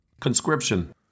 Conscription